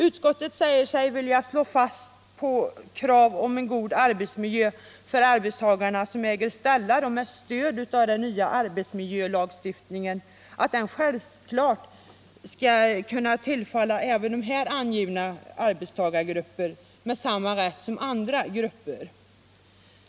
Utskottet säger sig vilja slå fast att de krav på en god arbetsmiljö som arbetstagarna äger ställa med stöd av den nya arbetsmiljölagstiftningen självfallet kommer att kunna ställas av den här angivna arbetstagargruppen med samma rätt som av andra grupper.